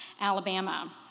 Alabama